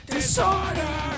Disorder